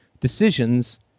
decisions